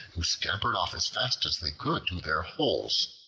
who scampered off as fast as they could to their holes.